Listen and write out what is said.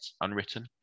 unwritten